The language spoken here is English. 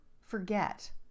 forget